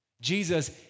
Jesus